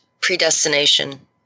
predestination